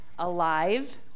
alive